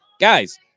guys